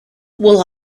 will